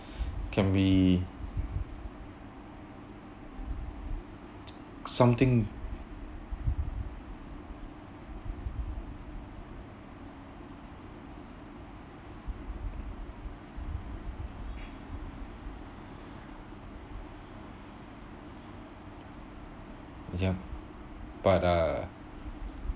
can be something yup but uh